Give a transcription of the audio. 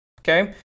Okay